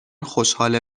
خوشحال